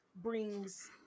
brings